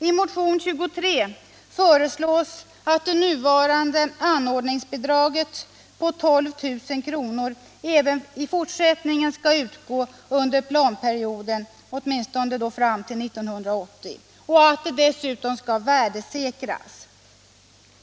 I motionen 23 föreslås att det nuvarande anordningsbidraget på 12 000 kr. även i fortsättningen skall utgå under planeringsperioden åtminstone fram till 1980 och att det dessutom skall värdesäkras.